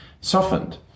softened